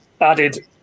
added